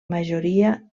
majoria